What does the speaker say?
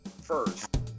first